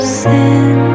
sin